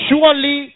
Surely